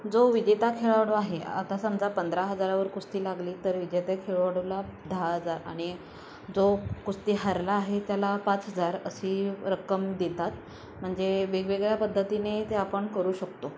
जो विजेता खेळाडू आहे आता समजा पंधरा हजारावर कुस्ती लागली तर विजेते खेळाडूला दहा हजार आणि जो कुस्ती हरला आहे त्याला पाच हजार अशी रक्कम देतात म्हणजे वेगवेगळ्या पद्धतीने ते आपण करू शकतो